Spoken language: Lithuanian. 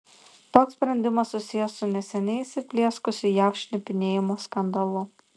toks sprendimas susijęs su neseniai įsiplieskusiu jav šnipinėjimo skandalu